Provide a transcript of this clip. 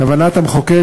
כוונת המחוקק,